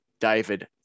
David